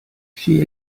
she